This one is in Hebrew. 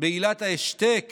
בעילת השתק